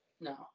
No